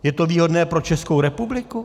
Je to výhodné pro Českou republiku?